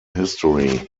history